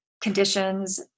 conditions